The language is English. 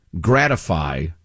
gratify